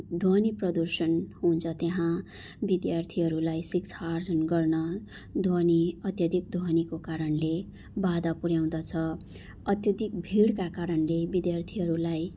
ध्वनि प्रदूषण हुन्छ त्यहाँ विद्यार्थीहरूलाई शिक्षा आर्जन गर्न ध्वनि अत्याधिक ध्वनिको कारणले बाधा पुर्याउँदछ अत्याधिक भिडका कारणले विद्यार्थीहरूलाई